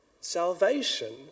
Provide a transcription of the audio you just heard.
Salvation